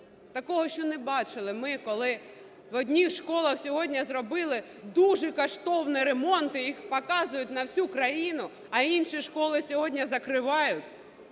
Такого ще не бачили ми, коли в одних школах сьогодні зробили дуже коштовні ремонти, їх показують на всю країну, а інші школи сьогодні закривають.